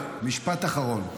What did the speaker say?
משפט אחרון.